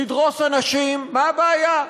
לדרוס אנשים, מה הבעיה?